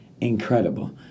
incredible